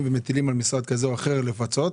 ומטילים על משרד כזה או אחר לפצות.